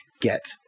get